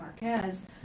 Marquez